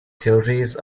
theories